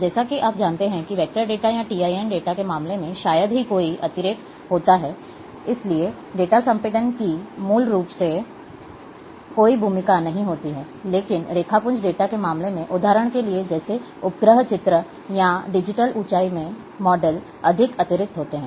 जैसा कि आप जानते हैं कि वेक्टर डेटा या टीआईएन डेटा के मामले में शायद ही कोई अतिरेक होता है इसलिए डेटा संपीड़न की मूल रूप से कोई भूमिका नहीं होती है लेकिन रेखापुंज डेटा के मामले में उदाहरण के लिए जैसे उपग्रह चित्र या डिजिटल ऊंचाई में मॉडल अधिक अतिरिक्त होते हैं